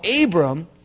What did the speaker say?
Abram